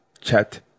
chat